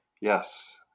Yes